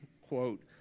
quote